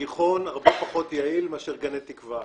הגיחון הרבה פחות יעיל מאשר גני תקווה.